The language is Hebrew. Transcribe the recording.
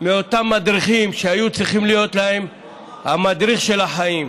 מאותם מדריכים שהיו צריכים להיות להם המדריכים לחיים,